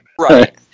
Right